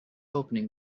opening